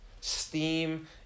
steam